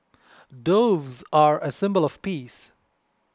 doves are a symbol of peace